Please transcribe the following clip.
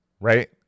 right